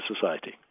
society